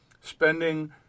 spending